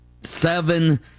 seven